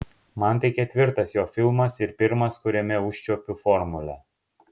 man tai ketvirtas jo filmas ir pirmas kuriame užčiuopiu formulę